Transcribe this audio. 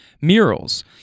murals